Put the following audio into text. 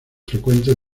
frecuentes